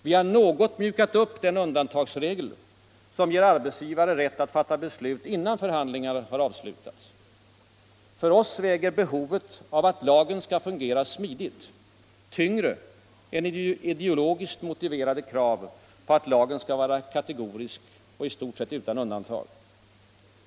Vi har något mjukat upp den undantagsregel som ger arbetsgivaren rätt att fatta beslut innan förhandlingarna avslutats. För oss väger behovet av att lagen skall fungera smidigt tyngre än ideologiskt motiverade krav på att lagen skall vara kategorisk och i stort sett utan undantag.